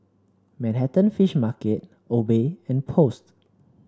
Manhattan Fish Market Obey and Post